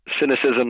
cynicism